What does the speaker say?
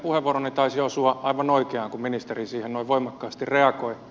puheenvuoroni taisi osua aivan oikeaan kun ministeri siihen noin voimakkaasti reagoi